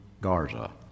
Garza